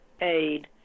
aid